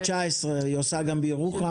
היא עושה גם בירוחם.